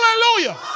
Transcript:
Hallelujah